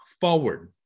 forward